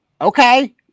okay